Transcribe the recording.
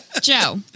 Joe